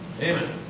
Amen